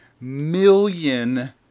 million